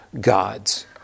gods